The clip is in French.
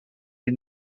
est